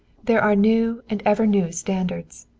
there are new and ever new standards,